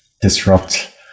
disrupt